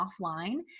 offline